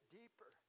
deeper